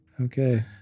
Okay